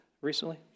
recently